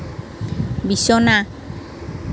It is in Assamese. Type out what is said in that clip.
বিছনা